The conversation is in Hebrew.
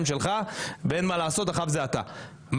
אופיר, אתה הגעת לעבודה, אני חלילה לא מדבר עליך.